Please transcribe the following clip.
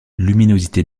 luminosité